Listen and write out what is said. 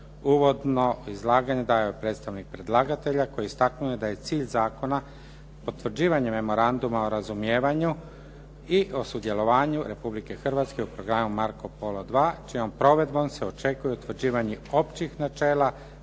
Uvodno izlaganje dao je predstavnik predlagatelja koji je istaknuo da je cilj zakona potvrđivanje Memoranduma o razumijevanju i o sudjelovanju Republike Hrvatske u programu "Marco Polo II", čijom provedbom se očekuje utvrđivanje općih načela,